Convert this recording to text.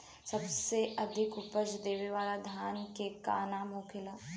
सबसे अधिक उपज देवे वाला धान के का नाम होखे ला?